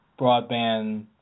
broadband